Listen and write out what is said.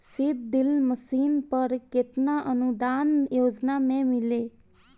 Seed drill machine पर केतना अनुदान योजना में मिली?